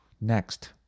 next